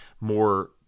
more